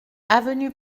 avenue